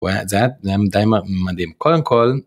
הוא היה, זה היה די מדהים , קודם כל